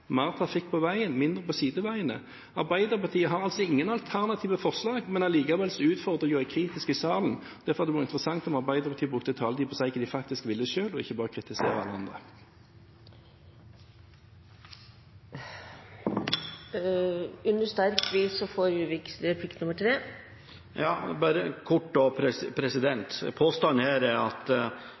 på veien, mindre på sideveiene. Arbeiderpartiet har altså ingen alternative forslag, men allikevel utfordrer de og er kritiske i salen. Derfor hadde det vært interessant om Arbeiderpartiet brukte taletiden til å si hva de faktisk vil selv, og ikke bare kritisere alle andre. Under sterk tvil gir presidenten representanten ordet til en tredje replikk. Bare kort: Påstanden her er at det nesten er slik at